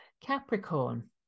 Capricorn